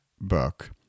book